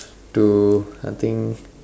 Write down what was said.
to I think